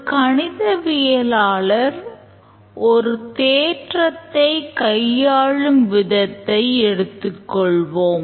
ஒரு கணிதவியலாளர் ஒரு தேற்றத்தை கையாளும் விதத்தை எடுத்துக்கொள்வோம்